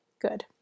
Good